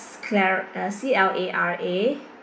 s~ cla~ uh C L A R A